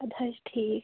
اَدٕ حظ ٹھیٖک